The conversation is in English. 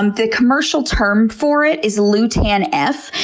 um the commercial term for it is lutan fn,